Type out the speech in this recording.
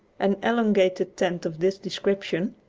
an elongated tent of this description,